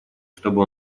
чтобы